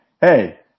Hey